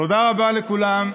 תודה רבה לכולם ושניפגש,